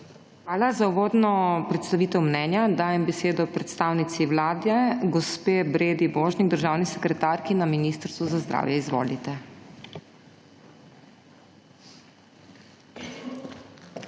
Hvala. Za uvodno predstavitev mnenja dajem besedo predstavnici Vlade, gospe Bredi Božnik, državni sekretarki Ministrstva za zdravje. **BREDA